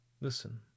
Listen